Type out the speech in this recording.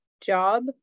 job